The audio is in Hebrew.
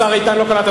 השר איתן לא קלט.